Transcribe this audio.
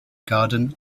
garden